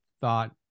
thought